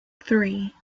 three